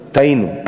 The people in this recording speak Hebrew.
טעינו.